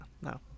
no